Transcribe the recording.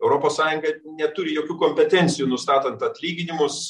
europos sąjunga neturi jokių kompetencijų nustatant atlyginimus